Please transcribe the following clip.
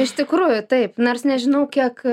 iš tikrųjų taip nors nežinau kiek